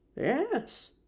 Yes